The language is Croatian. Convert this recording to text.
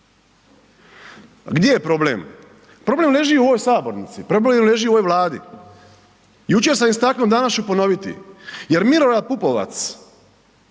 Gdje je problem? Problem leži u ovoj sabornici, problem leži u ovoj Vladi. Jučer sam istaknuo danas ću ponoviti, jer Milorad Pupovac